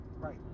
Right